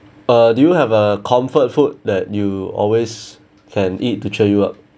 uh do you have a comfort food that you always can eat to cheer you up